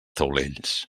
taulells